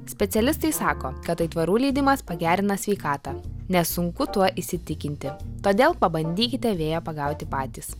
specialistai sako kad aitvarų leidimas pagerina sveikatą nesunku tuo įsitikinti todėl pabandykite vėją pagauti patys